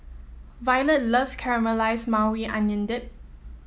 Violet loves Caramelize Maui Onion Dip